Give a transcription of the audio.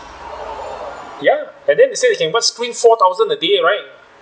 ya and then they say they can pass screen four thousand a day right